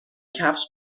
کفش